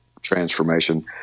transformation